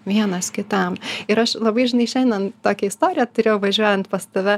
vienas kitam ir aš labai žinai šiandien labai tokią istoriją turėjau važiuojant pas tave